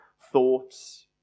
thoughts